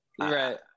right